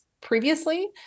previously